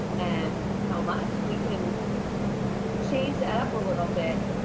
and how much, we can change it up a little bit,